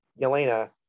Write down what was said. Yelena